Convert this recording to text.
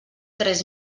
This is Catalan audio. tres